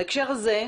בהקשר הזה,